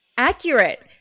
Accurate